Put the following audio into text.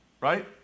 Right